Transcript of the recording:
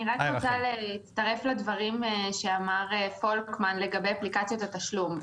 אני רק רוצה לחדד את הדברים שאמר פולקמן בעניין אפליקציות התשלום.